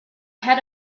had